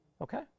okay